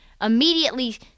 immediately